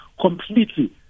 completely